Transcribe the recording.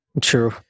True